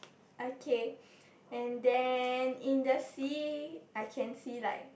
okay and then in the sea I can see like